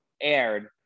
aired